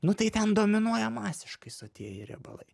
nu tai ten dominuoja masiškai sotieji riebalai